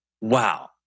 wow